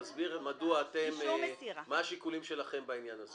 תסבירי, מה השיקולים שלכם בעניין הזה.